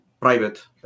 private